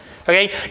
Okay